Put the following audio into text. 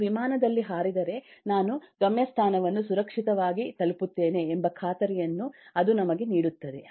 ನಾನು ವಿಮಾನದಲ್ಲಿ ಹಾರಿದರೆ ನಾನು ಗಮ್ಯಸ್ಥಾನವನ್ನು ಸುರಕ್ಷಿತವಾಗಿ ತಲುಪುತ್ತೇನೆ ಎಂಬ ಖಾತರಿಯನ್ನು ಅದು ನಮಗೆ ನೀಡುತ್ತದೆ